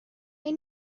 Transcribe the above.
may